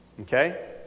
Okay